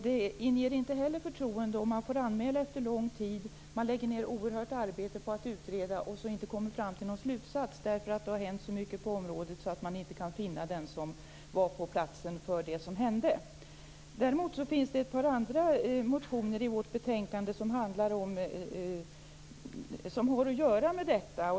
Det inger inte heller förtroende om en anmälan får göras efter lång tid och det läggs ned ett oerhört arbete på att utreda utan att man kommer fram till någon slutsats därför att det har hänt så mycket på området att man inte kan finna den som var på platsen för det som hände. Det finns ett par andra motioner i betänkandet som har att göra med detta.